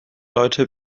leute